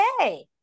okay